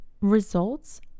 results